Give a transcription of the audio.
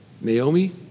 Naomi